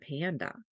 panda